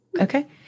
Okay